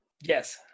Yes